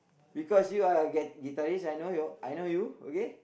because you are a guit~ guitarist I know you I know you okay